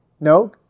No